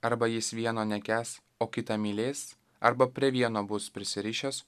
arba jis vieno nekęs o kitą mylės arba prie vieno bus prisirišęs